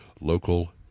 local